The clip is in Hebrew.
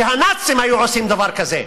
הנאצים היו עושים דבר כזה.